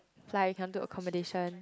fly we cannot do accommodation